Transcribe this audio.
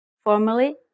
Formally